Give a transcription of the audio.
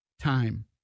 time